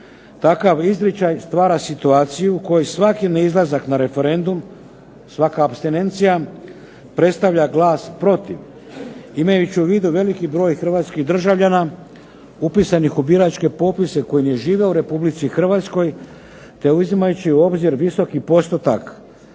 Takav izričaj stvara situaciju u kojoj svaki izlazak na referendum, svaka apstinencija predstavlja glas protiv. Imajući u vidu veliki broj hrvatskih državljana upisanih u biračke popise koji ne žive u Republici Hrvatskoj, te uzimajući u obzir visoki postotak